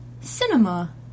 cinema